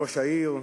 ראש העיר,